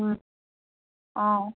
অঁ